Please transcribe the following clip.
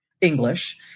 English